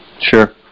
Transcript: sure